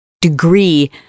degree